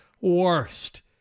worst